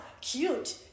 cute